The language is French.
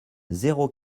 zéro